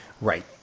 Right